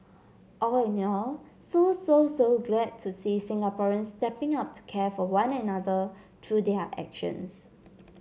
all in all so so so glad to see Singaporeans stepping up to care for one another through their actions